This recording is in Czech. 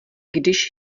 když